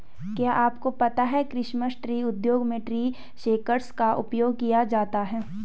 क्या आपको पता है क्रिसमस ट्री उद्योग में ट्री शेकर्स का उपयोग किया जाता है?